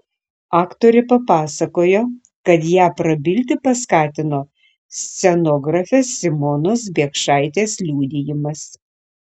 aktorė pasakojo kad ją prabilti paskatino scenografės simonos biekšaitės liudijimas